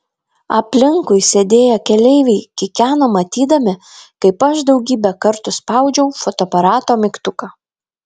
aplinkui sėdėję keleiviai kikeno matydami kaip aš daugybę kartų spaudžiau fotoaparato mygtuką